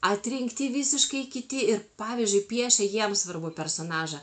atrinkti visiškai kiti ir pavyzdžiui piešia jiems svarbų personažą